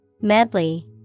Medley